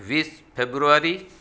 વીસ ફેબ્રુઆરી